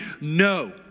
no